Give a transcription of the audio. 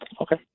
Okay